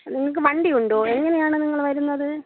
നിങ്ങൾക്ക് വണ്ടിയുണ്ടോ എങ്ങനെയാണ് നിങ്ങൾ വരുന്നത്